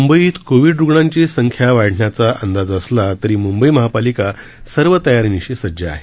मुंबईत कोविड रूग्णांची संख्या वाढण्याचा अंदाज असला तरी मुंबई महापालिका सर्व तयारीनिशी सज्ज आहे